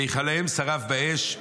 היכליהם שרף באש,